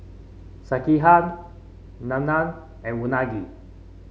Sekihan Naan and Unagi